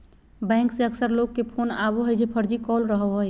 bank से अक्सर लोग के फोन आवो हइ जे फर्जी कॉल रहो हइ